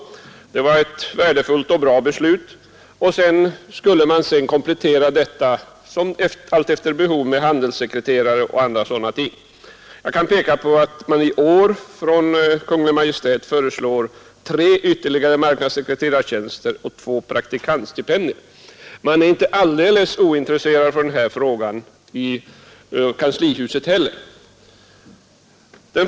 Det var ett värdefullt och bra beslut. Rådet skulle sedan kompletteras med handelssekreterare och andra ting allt efter behov. Jag kan erinra om att Kungl. Maj:t i år föreslår tre ytterligare marknadssekreterartjänster och två praktikantstipendier. Man är sålunda inte alldeles ointresserad av denna fråga i kanslihuset heller.